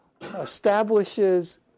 establishes